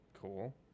Cool